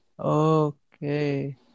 Okay